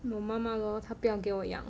我妈妈 lor 她不要给我养